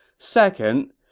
second,